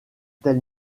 tel